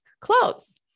clothes